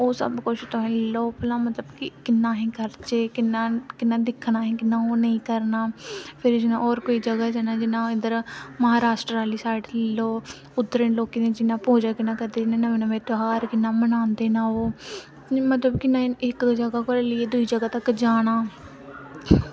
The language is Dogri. ओह् सबकुछ मतलब की किन्ना अस करचै किन्ना दिक्खना असें किन्ना ओह् नेईं करना होर कोई जगह जन्ना जि'यां इद्धर महाराश्टर आह्ली साईड लेई लाओ उद्धरे लोकें दी पूजा कि'यां करदे ध्यार कि'यां मनांदे न ओह् मतलब की इक जगह कोला लेइयै दूई जगह पर जाना